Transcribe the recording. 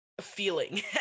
feeling